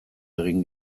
egin